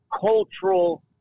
cultural